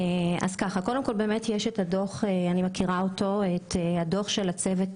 אני מכירה את הדוח של צוות